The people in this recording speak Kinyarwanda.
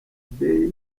daily